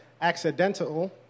accidental